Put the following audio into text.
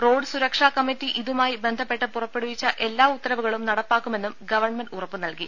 road സുരക്ഷാ committee ഇതുമായി ബന്ധപ്പെട്ട് പുറപ്പെടുവിച്ച എല്ലാ ഉത്തരവുകളും നട പ്പാക്കുമെന്നും ഗവൺമെന്റ് ഉറപ്പ് നൽകി